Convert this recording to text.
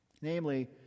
Namely